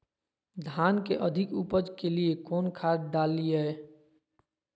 धान के अधिक उपज के लिए कौन खाद डालिय?